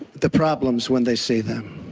the problems when they see them.